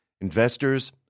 investors